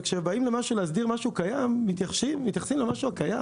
וכשבאים להסדיר משהו קיים, מתייחסים למשהו הקיים